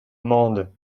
mende